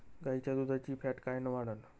गाईच्या दुधाची फॅट कायन वाढन?